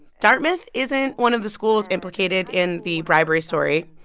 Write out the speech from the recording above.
dartmouth isn't one of the schools implicated in the bribery story,